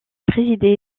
présidé